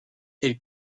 elle